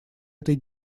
этой